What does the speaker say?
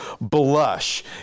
blush